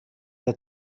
der